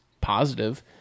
positive